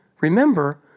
Remember